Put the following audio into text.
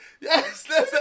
yes